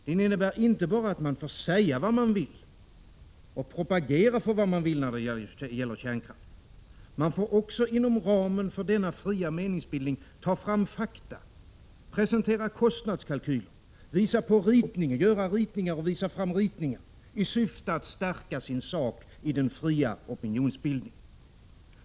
Den innebär inte bara att man får säga vad man vill och propagera för vad man vill när det gäller kärnkraften, utan inom ramen för denna fria meningsbildning får man också ta fram fakta, presentera kostnadskalkyler samt göra och visa fram ritningar i syfte att stärka sin sak i den fria opinionsbildningen.